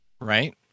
Right